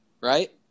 right